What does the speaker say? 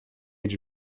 age